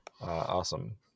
Awesome